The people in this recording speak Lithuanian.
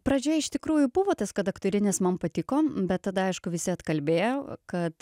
pradžioj iš tikrųjų buvo tas kad aktorinis man patiko bet tada aišku visi atkalbėjo kad